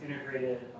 integrated